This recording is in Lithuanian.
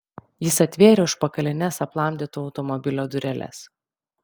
jis atvėrė užpakalines aplamdyto automobilio dureles